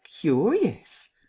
curious